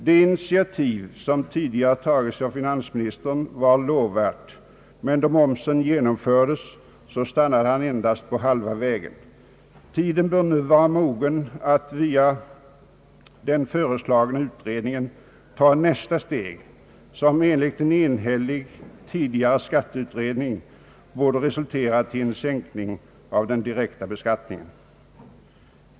Det initiativ som tidigare tagits av finansministern var lovvärt, men då momsen genomfördes stannade han på halva vägen. Tiden bör nu vara mogen att via den föreslagna utredningen ta nästa steg, som enligt en enhällig tidigare skatteutredning borde ha resulterat i en sänkning av den direkta beskattningen.